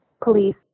police